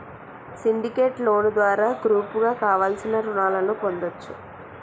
syndicate loan ద్వారా గ్రూపుగా కావలసిన రుణాలను పొందొచ్చు